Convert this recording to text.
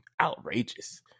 outrageous